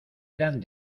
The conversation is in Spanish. eran